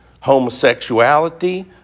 homosexuality